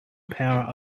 power